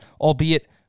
Albeit